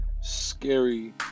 scary